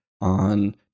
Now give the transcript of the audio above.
on